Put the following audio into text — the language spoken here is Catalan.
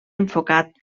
enfocat